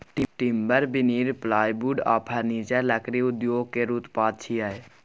timber, veneer, plywood आ furniture लकड़ी उद्योग केर उत्पाद छियै